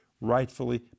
rightfully